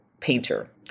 painter